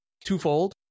twofold